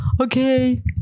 Okay